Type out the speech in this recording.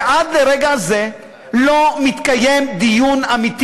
ועד לרגע זה לא מתקיים דיון אמיתי